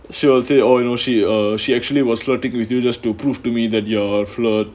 she will say oh you know she uh she actually was flirting with you just to prove to me that you are a flirt